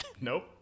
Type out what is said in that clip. Nope